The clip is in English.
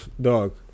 Dog